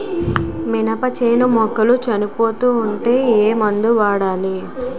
మినప చేను మొక్కలు చనిపోతూ ఉంటే ఏమందు వాడాలి?